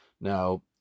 Now